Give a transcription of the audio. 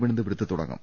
വനന്തപുരത്ത് തുടങ്ങും